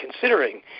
considering